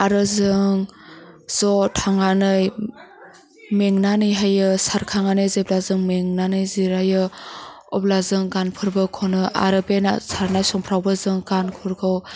आरो जों ज' थांनानै मेंनानै हायो सारखांनानै जेब्ला जों मेंनानै जिरायो अब्ला जों गानफोरबो खनो आरो बे ना सारनाय समफ्रावबो जों गानफोरखौ